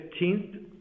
15th